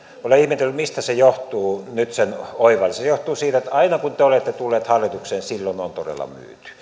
olen ihmetellyt mistä se johtuu nyt sen oivalsin se johtuu siitä että aina kun te olette tulleet hallitukseen silloin on todella myyty